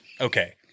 okay